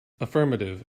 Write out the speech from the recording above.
affirmative